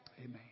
Amen